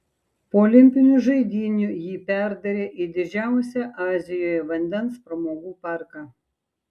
po olimpinių žaidynių jį perdarė į didžiausią azijoje vandens pramogų parką